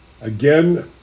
again